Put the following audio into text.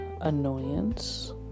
annoyance